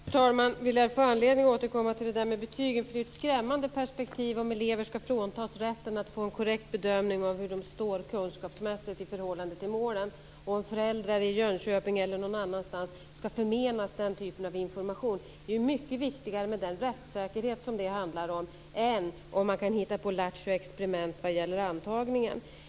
Fru talman! Vi lär få anledning att återkomma till det där med betygen. Det är ju ett skrämmande perspektiv om elever ska fråntas rätten att få en korrekt bedömning av hur de kunskapsmässigt står i förhållande till målen och om föräldrar i Jönköping eller någon annanstans ska förmenas den typen av information. Det är mycket viktigare med den rättssäkerhet som det här handlar om än att kunna hitta på lattjo experiment vad gäller antagningen.